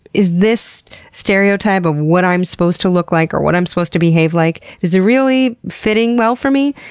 is this stereotype of what i'm supposed to look like or what i'm supposed to behave like, is it really fitting well for me?